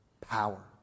power